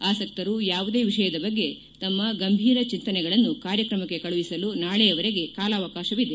ಆಸಕ್ತರು ಯಾವುದೇ ವಿಷಯದ ಬಗ್ಗೆ ತಮ್ನ ಗಂಭೀರ ಚಿಂತನೆಗಳನ್ನು ಕಾರ್ಯಕ್ರಮಕ್ಕೆ ಕಳಿಸಲು ನಾಳೆಯವರೆಗೆ ಕಾಲಾವಕಾಶವಿದೆ